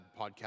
podcast